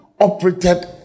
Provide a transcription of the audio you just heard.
operated